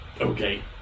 Okay